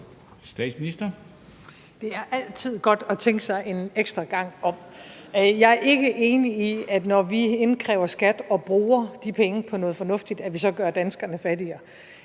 Frederiksen): Det er altid godt at tænke sig en ekstra gang om. Jeg er ikke enig i, når vi indkræver skat og bruger de penge på noget fornuftigt, at vi så gør danskerne fattigere.